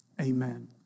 amen